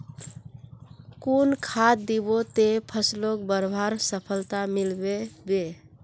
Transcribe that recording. कुन खाद दिबो ते फसलोक बढ़वार सफलता मिलबे बे?